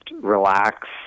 relax